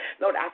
Lord